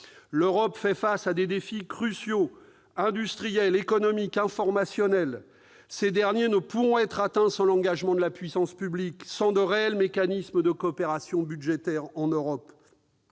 L'Europe fait face à des défis cruciaux, industriels, économiques, informationnels. Ces derniers ne pourront être atteints sans l'engagement de la puissance publique, sans de réels mécanismes de coopération budgétaire en Europe.